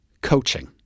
coaching